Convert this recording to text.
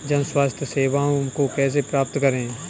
जन स्वास्थ्य सेवाओं को कैसे प्राप्त करें?